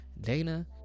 Dana